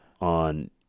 on